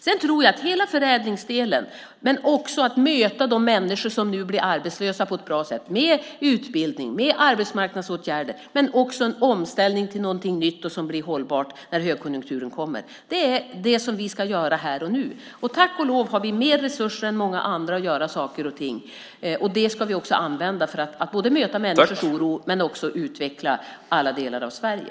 Sedan tror jag att vi när det gäller hela förädlingsdelen ska möta de människor som blir arbetslösa på ett bra sätt med utbildning, med arbetsmarknadsåtgärder men också med en omställning till någonting nytt som blir hållbart när högkonjunkturen kommer. Det är det som vi ska göra här och nu. Tack och lov har vi mer resurser än många andra att göra saker och ting. Dessa resurser ska vi också använda för att möta människors oro och utveckla alla delar av Sverige.